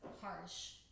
harsh